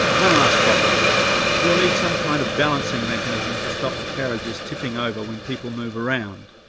one last problem you will need some kind of balancing mechanism to stop the carriages tipping over when people move around.